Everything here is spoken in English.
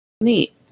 Neat